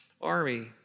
army